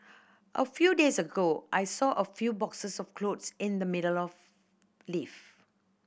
a few days ago I saw a few boxes of clothes in the middle lift